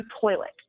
toilet